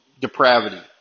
depravity